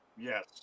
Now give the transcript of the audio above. Yes